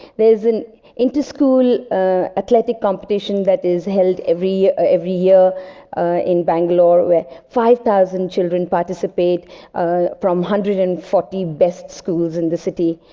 there is an inter-school athletic competition that is held every every year in bangalore, where five thousand children participate from one hundred and forty best schools in the city.